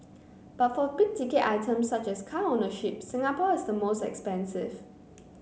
but for big ticket items such as car ownership Singapore is the most expensive